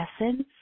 essence